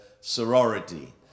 sorority